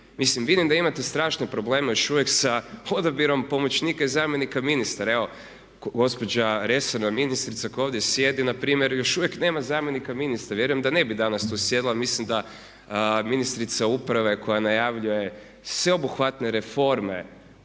Mislim vidim da imate strašne probleme još uvijek sa odabirom pomoćnika i zamjenika ministra. Evo gospođa resorna ministrica koja ovdje sjedi npr. još uvijek nema zamjenika ministra. Vjerujem da ne bi danas tu sjedila, mislim da ministrica uprave koja najavljuje sveobuhvatne reforme